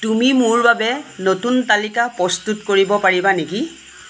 তুমি মোৰ বাবে নতুন তালিকা প্ৰস্তুত কৰিব পাৰিবা নেকি